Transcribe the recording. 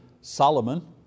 Solomon